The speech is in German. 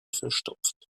verstopft